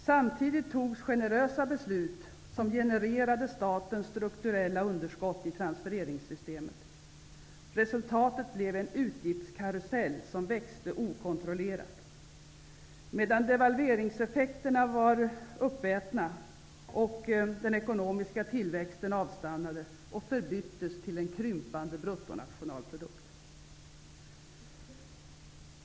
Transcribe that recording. Samtidigt fattades generösa beslut som genererade statens strukturella underskott i transfereringssystemet. Resultatet blev en utgiftskarusell som växte okontrollerat, medan devalveringseffekterna var uppätna och den ekonomiska tillväxten avstannade och förbyttes i en krympande bruttonationalprodukt.